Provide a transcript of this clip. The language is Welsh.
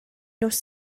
nos